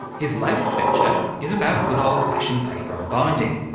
his latest venture is about good old-fashioned paper and binding.